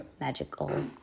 Magical